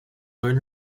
join